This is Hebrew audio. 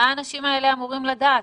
מה האנשים האלה אמורים לדעת?